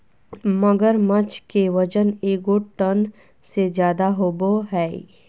मगरमच्छ के वजन एगो टन से ज्यादा होबो हइ